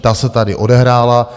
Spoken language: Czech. Ta se tady odehrála.